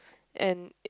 and i~